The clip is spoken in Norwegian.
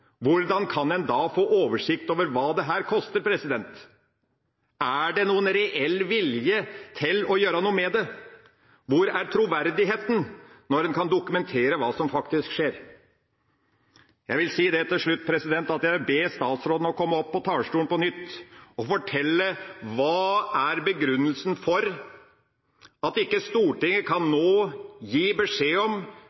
Hvordan kan en da få oversikt over hva dette koster? Er det noen reell vilje til å gjøre noe med det? Hvor er troverdigheten når en kan dokumentere hva som faktisk skjer? Jeg vil si dette til slutt: Jeg vil be statsråden komme opp på talerstolen på nytt og fortelle hva som er begrunnelsen for at ikke Stortinget nå kan